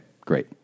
great